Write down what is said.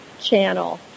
Channel